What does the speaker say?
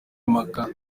imipaka